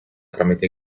tramite